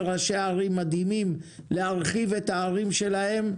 ראשי ערים מדהימים להרחיב את הערים שלהם.